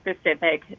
specific